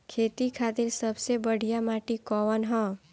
खेती खातिर सबसे बढ़िया माटी कवन ह?